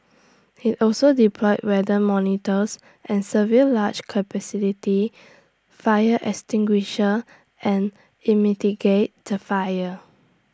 he also deployed weather monitors and severe large fire extinguishers and in mitigate the fire